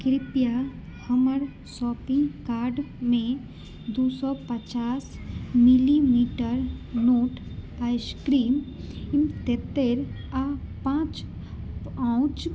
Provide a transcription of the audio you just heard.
कृपया हमर शॉपिंग कार्टमे दू सए पचास मिलीलीटर नोट आइस क्रीम तेतैर आ पाँच पाउच